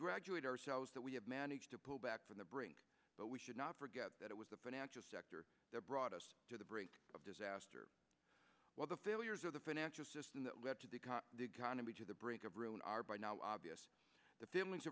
congratulate ourselves that we have managed to pull back from the brink but we should not forget that it was the financial sector that brought us to the brink of disaster while the failures of the financial system that led to the economy to the brink of ruin are by now obvious the families